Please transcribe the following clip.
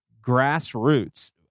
grassroots